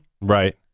Right